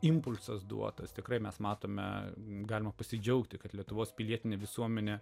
impulsas duotas tikrai mes matome galima pasidžiaugti kad lietuvos pilietinę visuomenę